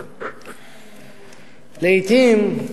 לעתים,